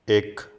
ਇੱਕ